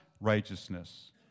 righteousness